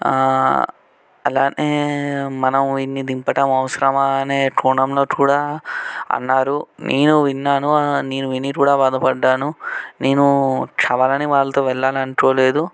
అలానే మనం వీన్ని దింపడం అవసరమా అనే కోణంలో కూడా అన్నారు నేను విన్నాను నేను విని కూడా బాధపడ్డాను నేను కావాలనే వాళ్ళతో వెళ్ళాలని అనుకోలేదు